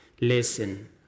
Listen